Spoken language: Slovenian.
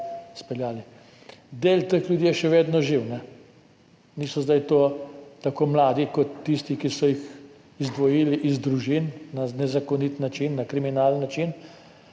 Del teh ljudi je še vedno živ. Niso zdaj tako mladi kot tisti, ki so jih izdvojili iz družin na nezakonit način, na kriminalen način,